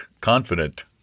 confident